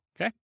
Okay